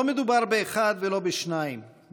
לא מדובר באחד ולא בשניים,